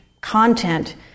content